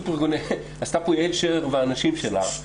עשתה פה יעל שרר והאנשים שלה,